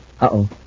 Uh-oh